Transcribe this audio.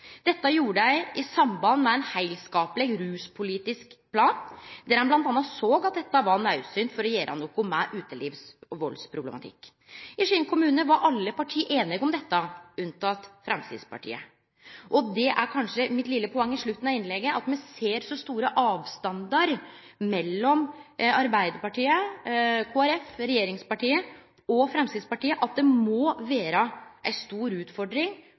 Dette gjorde dei i samband med ein heilskapleg ruspolitisk plan, der ein bl.a. såg at dette var naudsynt for å gjere noko med utelivs- og valdsproblematikk. I Skien kommune var alle parti einige om dette, unntatt Framstegspartiet. Dette er kanskje mitt vesle poeng på slutten av innlegget: Me ser så store avstandar mellom Arbeidarpartiet – regjeringspartiet – Kristeleg Folkeparti og Framstegspartiet at det må vere ei stor utfordring